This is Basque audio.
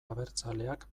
abertzaleak